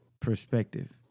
perspective